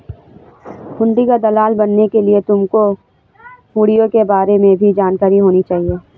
हुंडी का दलाल बनने के लिए तुमको हुँड़ियों के बारे में भी जानकारी होनी चाहिए